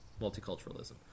Multiculturalism